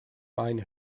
meine